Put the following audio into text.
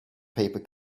paper